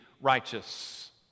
righteous